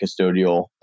custodial